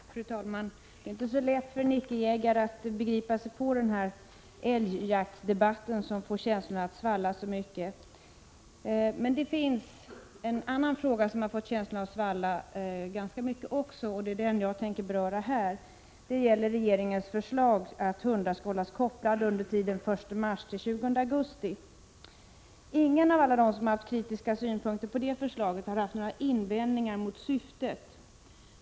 Fru talman! Det är inte så lätt för en icke-jägare att begripa sig på den här älgjaktsdebatten, som får känslorna att svalla så mycket. Men det finns en annan fråga som också fått känslorna att svalla ganska mycket, och det är den jag tänker beröra här. Det gäller regeringens förslag att hundar skall hållas kopplade under tiden den 1 mars till den 20 augusti. Ingen av alla dem som har haft kritiska synpunkter på detta förslag har haft några invändningar mot syftet.